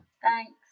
Thanks